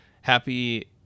Happy